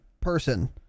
person